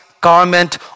garment